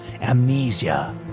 amnesia